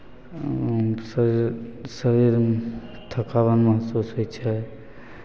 शरीर शरीरमे थकावट महसूस होइ छै